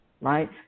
right